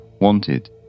Wanted